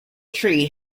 tree